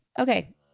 Okay